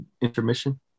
intermission